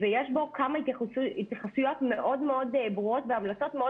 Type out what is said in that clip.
ויש בו כמה התייחסויות מאוד מאוד ברורות והמלצות מאוד